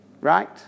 right